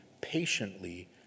patiently